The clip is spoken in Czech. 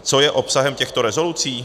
Co je obsahem těchto rezolucí?